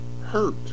hurt